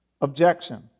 Objection